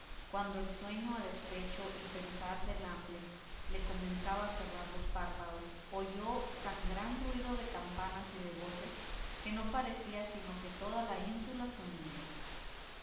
cuando el sueño a despecho y pesar de la hambre le comenzaba a cerrar los párpados oyó tan gran ruido de campanas y de voces que no parecía sino que toda la ínsula se hundía